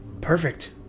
perfect